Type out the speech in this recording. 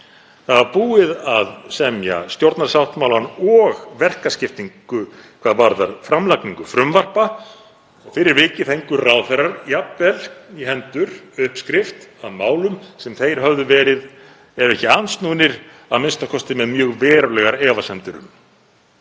Það var búið að semja stjórnarsáttmálann og semja um verkaskiptingu hvað varðar framlagningu frumvarpa. Fyrir vikið fengu ráðherrar jafnvel í hendur uppskrift að málum sem þeir höfðu verið, ef ekki andsnúnir, þá a.m.k. með mjög verulegar efasemdir um.